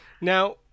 Now